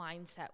mindset